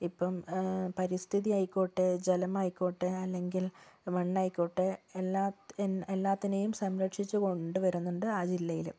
ഇപ്പം പരിസ്ഥിതി ആയിക്കോട്ടെ ജലം ആയിക്കോട്ടെ അല്ലെങ്കിൽ മണ്ണായിക്കോട്ടെ എല്ലാത്ത്ന് എല്ലാറ്റിനെയും സംരക്ഷിച്ച് കൊണ്ടുവരുന്നുണ്ട് ആ ജില്ലയിൽ